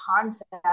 concept